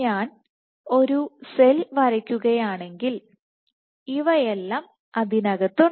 ഞാൻ ഒരു സെൽ വരയ്ക്കുകയാണെങ്കിൽ ഇവയെല്ലാം അതിനകത്തുണ്ട്